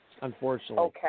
unfortunately